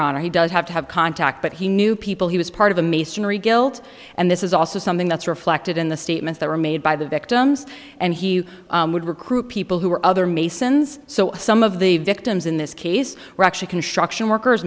honor he does have to have contact but he knew people he was part of the masonry guilt and this is also something that's reflected in the statements that were made by the victims and he would recruit people who were other masons so some of the victims in this case were actually construction workers